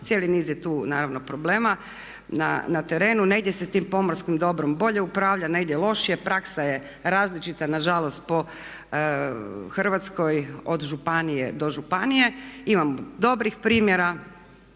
cijeli niz je tu naravno problema na terenu, negdje se tim pomorskim dobrom bolje upravlja, negdje lošije, praksa je različita nažalost po Hrvatskoj od županije do županije. Imamo dobrih primjera,